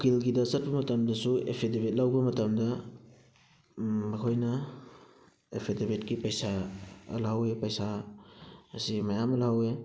ꯎꯀꯤꯜꯒꯤꯗ ꯆꯠꯄ ꯃꯇꯝꯗꯁꯨ ꯑꯦꯐꯤꯗꯦꯕꯤꯠ ꯂꯧꯕ ꯃꯇꯝꯗ ꯃꯈꯣꯏꯅ ꯑꯦꯐꯤꯗꯦꯕꯤꯠꯀꯤ ꯄꯩꯁꯥ ꯂꯧꯍꯧꯋꯤ ꯄꯩꯁꯥ ꯑꯁꯤ ꯃꯌꯥꯝ ꯑꯃ ꯂꯧꯍꯧꯋꯤ